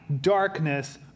darkness